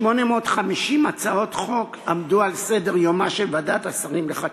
2,850 הצעות חוק עמדו על סדר-יומה של ועדת השרים לחקיקה,